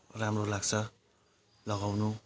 राम्रो लाग्छ लगाउनु